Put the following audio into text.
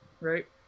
right